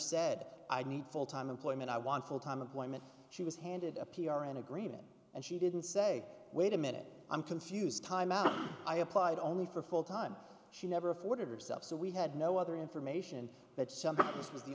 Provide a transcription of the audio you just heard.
said i need full time employment i want full time employment she was handed a p r an agreement and she didn't say wait a minute i'm confused time out i applied only for full time she never afforded herself so we had no other information but some